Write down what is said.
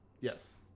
Yes